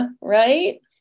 right